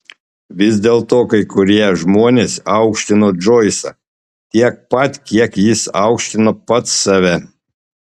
vis dėlto kai kurie žmonės aukštino džoisą tiek pat kiek jis aukštino pats save